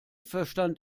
verstand